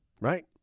Right